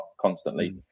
constantly